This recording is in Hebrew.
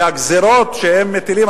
כי הגזירות שהם מטילים,